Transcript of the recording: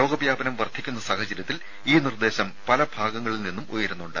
രോഗവ്യാപനം വർദ്ധിക്കുന്ന സാഹചര്യത്തിൽ ഈ നിർദ്ദേശം പല ഭാഗങ്ങളിൽ ഉയരുന്നുണ്ട്